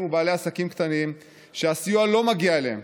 ובעלי עסקים קטנים שהסיוע לא מגיע אליהם.